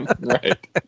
Right